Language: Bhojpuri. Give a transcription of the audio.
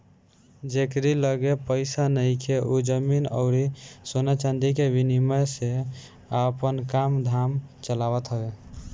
जेकरी लगे पईसा नइखे उ जमीन अउरी सोना चांदी के विनिमय से आपन काम धाम चलावत हवे